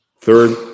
Third